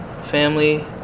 family